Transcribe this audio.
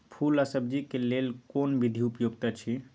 फूल आ सब्जीक लेल कोन विधी उपयुक्त अछि?